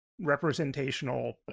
representational